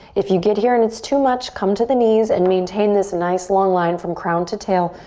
if you get here and it's too much, come to the knees and maintain this nice long line from crown to tail.